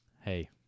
Hey